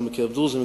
גם בקרב דרוזים,